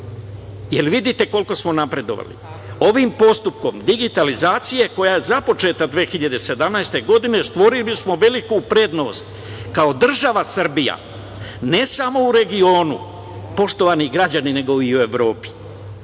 Je l' vidite koliko smo napredovali? Ovim postupkom digitalizacije koja je započeta 2017. godine stvorili smo veliku prednost kao država Srbija ne samo u regionu, poštovani građani, nego i u Evropi.